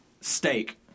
steak